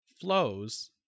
flows